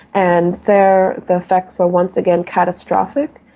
and there the effects were once again catastrophic.